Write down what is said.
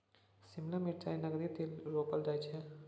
शिमला मिरचाई नगदीक लेल रोपल जाई छै